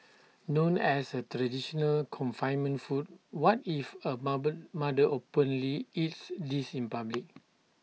known as A traditional confinement food what if A mother openly eats this in public